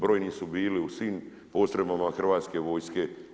Brojni su bili u svim postrojbama Hrvatske vojske.